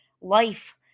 life